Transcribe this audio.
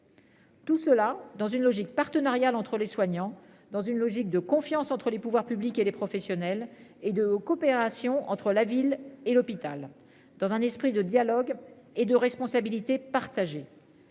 Tout cela dans une logique partenariale entre les soignants dans une logique de confiance entre les pouvoirs publics et des professionnels et de coopération entre la ville et l'hôpital dans un esprit de dialogue et de responsabilité partagée.